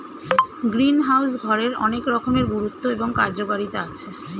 greenhouse ঘরের অনেক রকমের গুরুত্ব এবং কার্যকারিতা আছে